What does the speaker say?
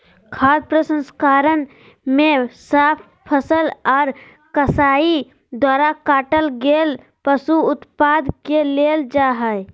खाद्य प्रसंस्करण मे साफ फसल आर कसाई द्वारा काटल गेल पशु उत्पाद के लेल जा हई